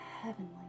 heavenly